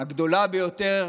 הגדולה ביותר